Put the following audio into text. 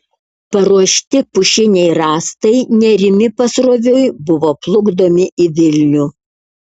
paruošti pušiniai rąstai nerimi pasroviui buvo plukdomi į vilnių